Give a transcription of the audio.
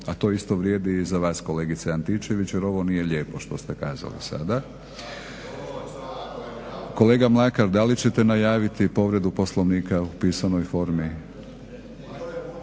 A to isto vrijedi i za vas kolegice Antičević jer ovo nije lijepo što ste kazali sada. Kolega Mlakar da li ćete najaviti povredu Poslovnika u pisanoj formi?